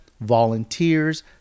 volunteers